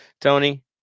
Tony